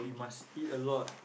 we must eat a lot